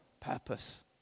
purpose